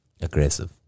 aggressive